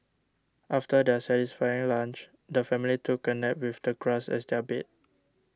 after their satisfying lunch the family took a nap with the grass as their bed